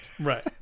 Right